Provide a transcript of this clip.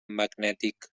magnètic